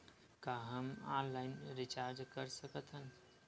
का हम online recharge कर सकत हन?